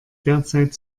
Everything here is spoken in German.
derzeit